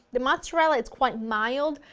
the mozzarella is quite mild,